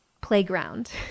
playground